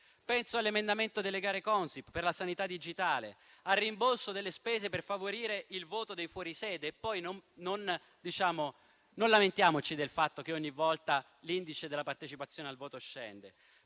Penso all'emendamento sulle gare Consip per la sanità digitale, al rimborso delle spese per favorire il voto dei fuori sede (poi non lamentiamoci del fatto che ogni volta l'indice della partecipazione al voto scende).